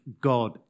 God